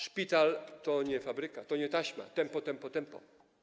Szpital to nie fabryka, to nie taśma: tempo, tempo, tempo.